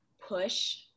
push